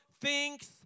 thinks